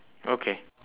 okay